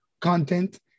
content